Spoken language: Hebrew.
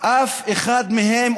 אף אחד מהם,